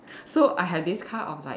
so I have this kind of like